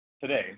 Today